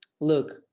look